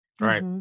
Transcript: Right